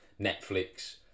Netflix